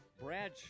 Brad